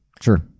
sure